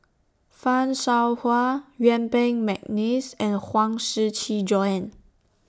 fan Shao Hua Yuen Peng Mcneice and Huang Shiqi Joan